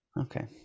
okay